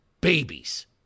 babies